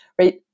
right